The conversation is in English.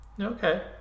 Okay